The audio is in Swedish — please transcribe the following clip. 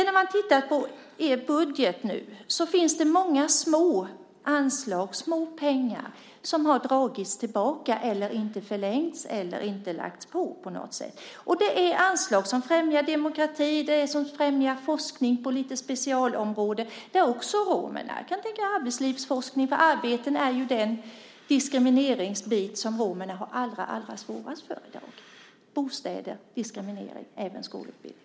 När man tittar på er budget nu finns det många små anslag, lite pengar, som har dragits tillbaka, inte har förlängts eller inte har lagts på. Det är anslag som främjar demokrati och anslag som främjar forskning på specialområden där också romerna är med. Jag kan tänka mig att det gäller arbetslivsforskning, för arbete är ju den diskrimineringsbit som romerna har allra svårast för i dag. Det gäller också bostäder, diskriminering där och skolutbildning.